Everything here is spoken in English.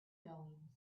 goings